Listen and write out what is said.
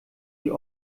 die